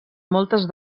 moltes